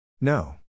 No